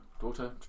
daughter